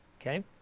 okay